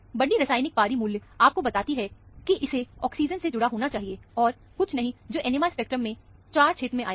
बड़ी रासायनिक पारी मूल्य आपको बताती है कि इसे ऑक्सीजन से जुड़ा होना चाहिए और कुछ नहीं जो NMR स्पेक्ट्रमNMR spectrum में 4 क्षेत्र में आएगा